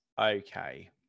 Okay